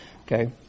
okay